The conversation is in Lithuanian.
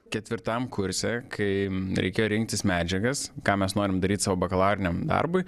ketvirtam kurse kai reikia rinktis medžiagas ką mes norim daryti savo bakalauriniam darbui